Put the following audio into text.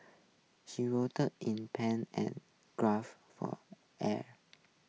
she writhed in pain and gasped for air